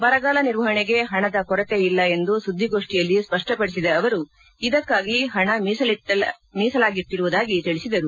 ಬರಗಾಲ ನಿರ್ವಹಣೆಗೆ ಪಣದ ಕೊರತೆ ಇಲ್ಲ ಎಂದು ಸುದ್ದಿಗೋಷ್ಠಿಯಲ್ಲಿ ಸ್ಪಷ್ಟಪಡಿಸಿದ ಅವರು ಇದಕ್ಕಾಗಿ ಪಣ ಮೀಸಲಾಗಿಟ್ಟಿರುವುದಾಗಿ ತಿಳಿಸಿದರು